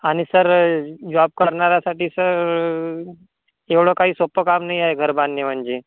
आणि सर ज जॉब करणाऱ्यासाठी सर एवढं काही सोपं काम नाही आहे घर बांधणे म्हणजे